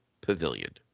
Pavilion